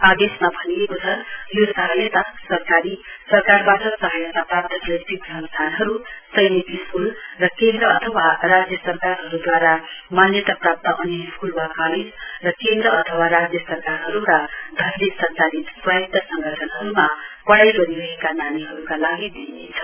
आदेशमा भनिएको छ यो सहयता सरकारी सरकारबाट सहायताप्राप्त शैक्षिक संस्थानहरू सैनिक स्कूल र केन्द्र अथवा राज्य सरकारहरूद्वारा मान्यता प्राप्त अन्य स्कूल वा कालेज र केन्द्र अथवा राज्य सरकारहरूका धनले संचालित स्वायन्त्र संगठनहरूमा पढाइ गरिरहेका नानीहरूका लागि दिइनेछ